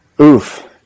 Oof